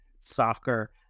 soccer